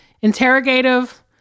interrogative